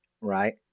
right